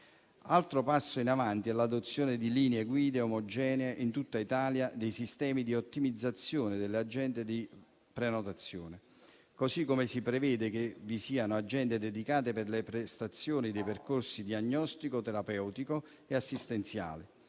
Altro passo in avanti è l'adozione di linee guida omogenee in tutta Italia sui sistemi di ottimizzazione delle agende di prenotazione; così come si prevede che vi siano agende dedicate per le prestazioni dei percorsi diagnostici terapeutici assistenziali